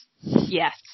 Yes